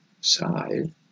side